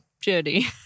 journey